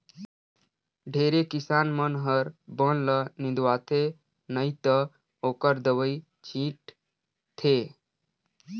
ढेरे किसान मन हर बन ल निंदवाथे नई त ओखर दवई छींट थे